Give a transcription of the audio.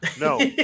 No